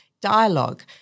Dialogue